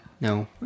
No